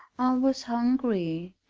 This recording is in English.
was hungry.